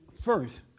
first